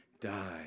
die